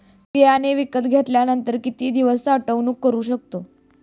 बियाणे विकत घेतल्यानंतर किती दिवस साठवणूक करू शकतो?